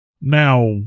Now